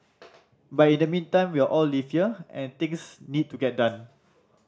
but in the meantime we all live here and things need to get done